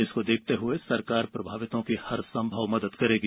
इसको देखते हुए सरकार प्रभावितों की हर संभव मदद करेगी